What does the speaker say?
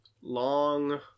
long